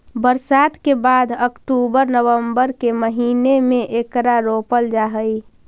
बरसात के बाद अक्टूबर नवंबर के महीने में एकरा रोपल जा हई